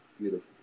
beautiful